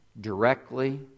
directly